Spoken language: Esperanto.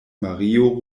mario